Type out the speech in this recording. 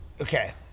okay